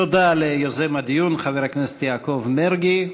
תודה ליוזם הדיון, חבר הכנסת יעקב מרגי.